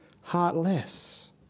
heartless